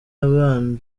abana